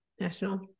national